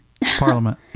Parliament